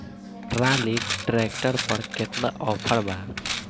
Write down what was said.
Trolley tractor पर केतना offer बा?